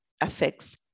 affects